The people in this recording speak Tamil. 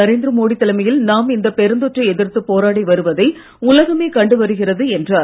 நரேந்திர மோடி தலைமையில் நாம் இந்த பெருந்தொற்றை போராடி வருவதை உலகமே கண்டு வருகிறது என்றார்